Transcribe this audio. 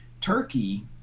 Turkey